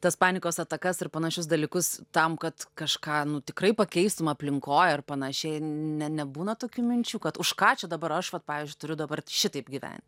tas panikos atakas ir panašius dalykus tam kad kažką nu tikrai pakeistum aplinkoj ar panašiai ne nebūna tokių minčių kad už ką čia dabar aš vat pavyzdžiui turiu dabar šitaip gyvent